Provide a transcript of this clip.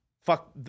fuck